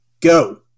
Go